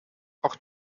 auch